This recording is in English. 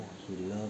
she love